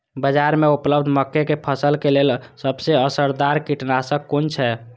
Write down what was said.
बाज़ार में उपलब्ध मके के फसल के लेल सबसे असरदार कीटनाशक कुन छै?